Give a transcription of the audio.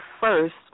first